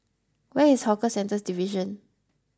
where is Hawker Centres Division